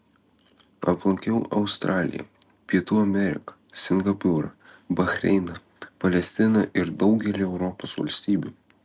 aplankiau australiją pietų ameriką singapūrą bahreiną palestiną ir daugelį europos valstybių